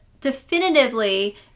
definitively